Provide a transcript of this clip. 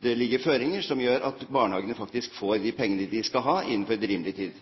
det ligger føringer som gjør at barnehagene faktisk får de pengene de skal ha, innenfor rimelig tid?